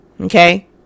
Okay